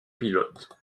pilote